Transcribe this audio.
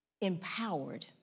empowered